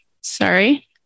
sorry